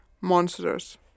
monsters